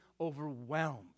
overwhelmed